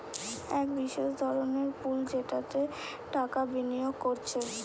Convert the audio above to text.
এক বিশেষ ধরনের পুল যেটাতে টাকা বিনিয়োগ কোরছে